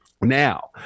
Now